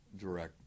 direct